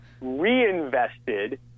reinvested